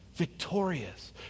victorious